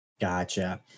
gotcha